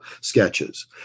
Sketches